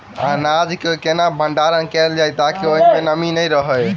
अनाज केँ केना भण्डारण कैल जाए ताकि ओई मै नमी नै रहै?